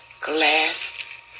glass